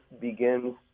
begins